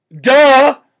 Duh